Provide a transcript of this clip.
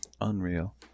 Unreal